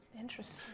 Interesting